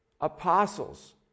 apostles